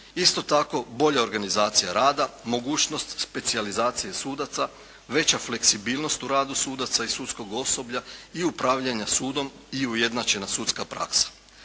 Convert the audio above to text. Isto tako, bolja organizacija rada, mogućnost specijalizacije sudaca, veća fleksibilnost u radu sudaca i sudskog osoblja i upravljanja sudom i ujednačena sudska praksa.